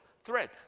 thread